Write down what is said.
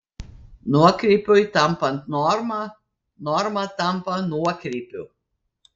nuokrypiui tampant norma norma tampa nuokrypiu